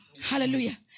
Hallelujah